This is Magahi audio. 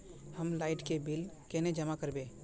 हम लाइट के बिल केना जमा करबे?